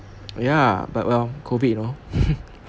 ya but well COVID you know